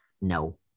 No